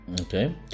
Okay